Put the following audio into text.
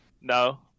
no